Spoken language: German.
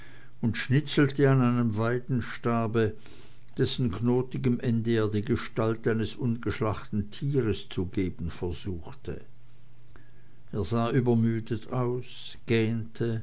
und schnitzelte an einem weidenstabe dessen knotigem ende er die gestalt eines ungeschlachten tieres zu geben versuchte er sah übermüdet aus